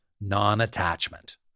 non-attachment